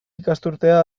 ikasturtea